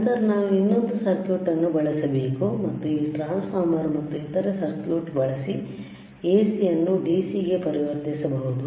ನಂತರ ನಾವು ಇನ್ನೊಂದು ಸರ್ಕ್ಯೂಟ್ ಅನ್ನು ಬಳಸಬೇಕು ಮತ್ತು ಈ ಟ್ರಾನ್ಸ್ಫಾರ್ಮರ್ ಮತ್ತು ಇತರ ಸರ್ಕ್ಯೂಟ್ ಬಳಸಿ AC ಅನ್ನು DC ಗೆ ಪರಿವರ್ತಿಸಬಹುದು